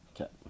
Okay